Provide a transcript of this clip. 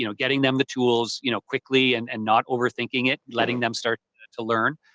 you know getting them the tools you know quickly and and not overthinking it, letting them start to learn.